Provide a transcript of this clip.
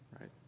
right